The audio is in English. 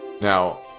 Now